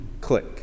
Click